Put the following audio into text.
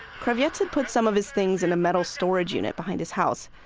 kravets had put some of his things in a metal storage unit behind his house.